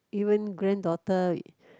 even granddaughter